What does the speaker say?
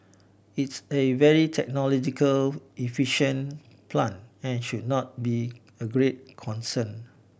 it's a very technological efficient plant and should not be a great concern